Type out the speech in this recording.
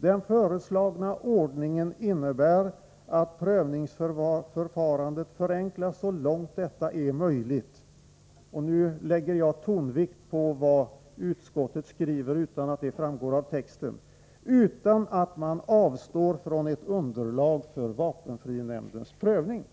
Den föreslagna ordningen innebär att prövningsförfarandet förenklas så långt detta är möjligt” — och jag betonar följande — ”utan att man avstår från ett underlag för vapenfrinämndens prövning.”